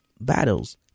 battles